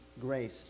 Grace